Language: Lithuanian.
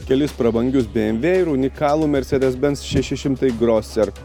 kelis prabangius bmw ir unikalų mercedes benz šeši šimtai grosser